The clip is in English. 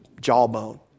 jawbone